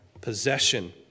possession